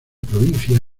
provincia